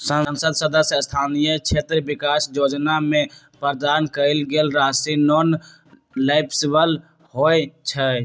संसद सदस्य स्थानीय क्षेत्र विकास जोजना में प्रदान कएल गेल राशि नॉन लैप्सबल होइ छइ